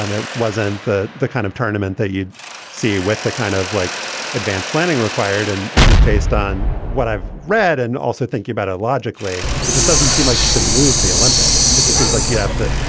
um it wasn't the the kind of tournament that you'd see with a kind of like advance planning required. and and just based on what i've read and also thinking about it ah logically, it just doesn't seem like you can move the olympics. it just seems like you have to.